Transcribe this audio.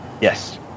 Yes